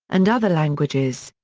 and other languages.